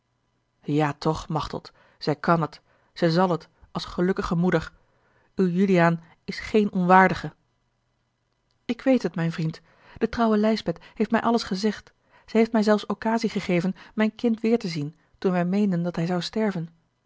ja toch machteld zij kan het zij zal het als gelukkige moeder uw juliaan is geen onwaardige ik weet het mijn vriend de trouwe lijsbeth heeft mij alles gezegd zij heeft mij zelfs occasie gegeven mijn kind weêr te zien toen wij meenden dat hij zou sterven